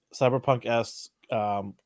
cyberpunk-esque